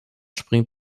springt